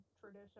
tradition